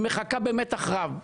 היא מחכה במתח רב,